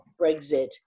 Brexit